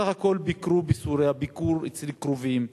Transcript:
בסך הכול ביקרו בסוריה ביקור אצל קרובים,